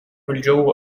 الجو